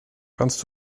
kannst